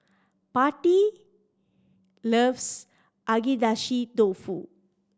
Patti loves Agedashi Dofu